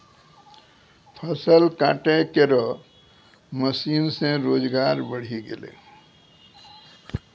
फसल काटै केरो मसीन सें रोजगार बढ़ी गेलै